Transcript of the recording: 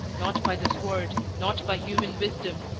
not by the sword, not by human wisdom,